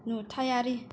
नुथायारि